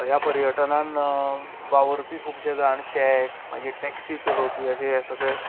ह्या पर्यटनान वावूरपी खूबशे जाण शॅक्स मागीर टॅक्सी चलोवपी अशें हे सगळें